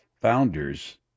founders